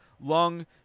Lung